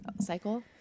cycle